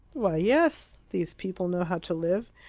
why, yes. these people know how to live.